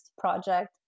project